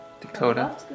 Dakota